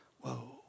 whoa